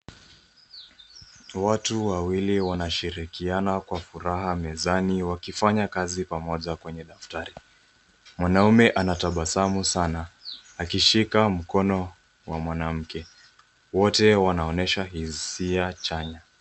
Watu wawili wanashirikiana kwa furaha mezani wakifanya kazi pamoja kwenye daftari. Mwanamume anatabasamu sana akishika mkono wa mwanamke. Wote wanaonyesha hisia chanya.